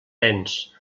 nens